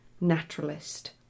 naturalist